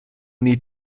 need